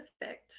Perfect